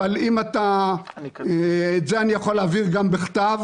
אבל את זה אני יכול להעביר גם בכתב.